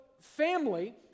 family